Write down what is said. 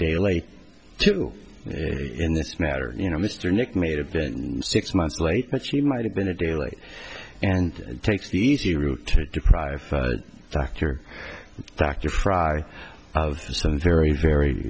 day late in this matter you know mr nick may have been six months late but she might have been a day late and takes the easy route deprive dr dr frye of some very very